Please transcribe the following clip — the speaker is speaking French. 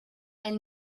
elle